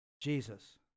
Jesus